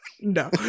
no